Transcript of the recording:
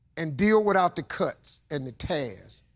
and deal without the cuts and the tears.